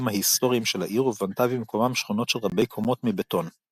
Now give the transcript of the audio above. ההיסטוריים של העיר ובנתה במקומם שכונות של רבי קומות מבטון.